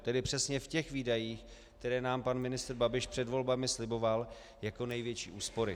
Tedy přesně v těch výdajích, které nám pan ministr Babiš před volbami sliboval jako největší úspory.